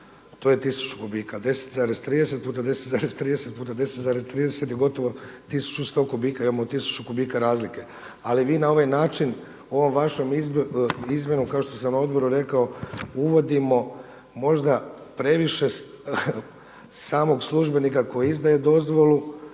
to je 1000 kubika. 10,30 x 10,30 x 10,30 je gotovo 1100 kubika. Imamo 1000 kubika razlike. Ali vi na ovaj način ovu vašu izmjenu kao što sam na odboru rekao uvodimo možda previše samog službenika koji izdaje dozvolu